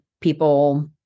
people